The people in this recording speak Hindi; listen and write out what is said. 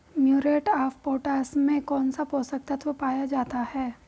म्यूरेट ऑफ पोटाश में कौन सा पोषक तत्व पाया जाता है?